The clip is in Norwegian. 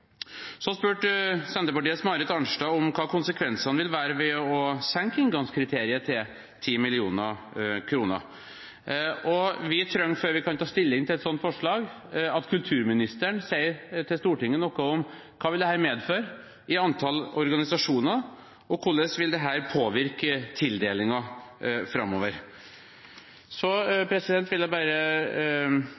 Så spurte Senterpartiets Marit Arnstad om hva konsekvensene vil være ved å senke inngangskriteriet til 10 mill. kr. Vi trenger, før vi kan ta stilling til et sånt forslag, at kulturministeren til Stortinget sier noe om: Hva vil dette medføre i antall organisasjoner, og hvordan vil dette påvirke tildelingen framover? Så